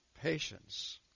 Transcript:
patience